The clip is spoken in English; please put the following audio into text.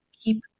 keep